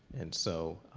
and so,